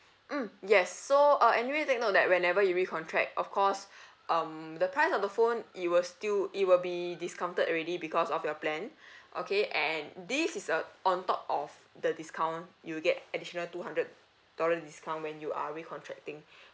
mm yes so uh anyway take note that whenever you recontract of course um the price of the phone it will still it will be discounted already because of your plan okay and this is a on top of the discount you'll get additional two hundred dollar discount when you are recontracting